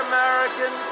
American